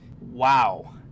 Wow